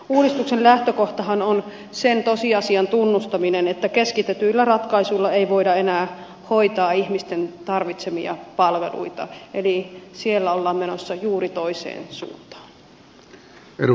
uudistuksen lähtökohtahan on sen tosiasian tunnustaminen että keskitetyillä ratkaisuilla ei voida enää hoitaa ihmisten tarvitsemia palveluita eli siellä ollaan menossa juuri toiseen suuntaan